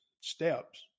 steps